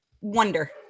wonder